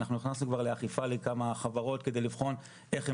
אנחנו נכנסנו כבר לאכיפה לכמה חברות כדי לבחון איך הם